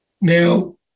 Now